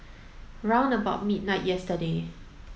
round about midnight yesterday